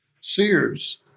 Sears